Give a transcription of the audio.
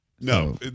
No